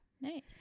nice